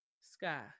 Sky